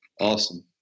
awesome